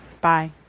bye